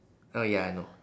uh ya I know